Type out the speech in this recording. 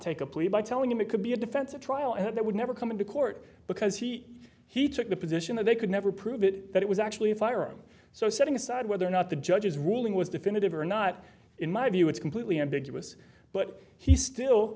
take a plea by telling him it could be a defense at trial and that would never come into court because he he took the position that they could never prove that it was actually a firearm so setting aside whether or not the judge's ruling was definitive or not in my view it's completely ambiguous but he still